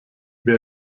wer